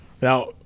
now